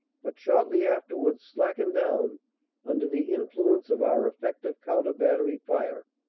but shortly afterwards slackened down under the influence of our effective counter-battery fire.